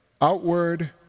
outward